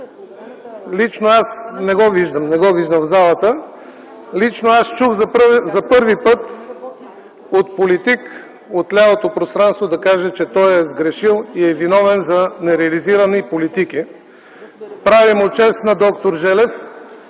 д-р Желев, когото не виждам в залата. Лично аз чух за първи път от политик от лявото пространство да каже, че е сгрешил и е виновен за нереализирани политики. Прави му чест на д-р Желев.